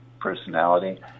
personality